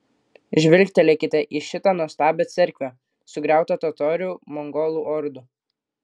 žvilgtelėkite į šitą nuostabią cerkvę sugriautą totorių mongolų ordų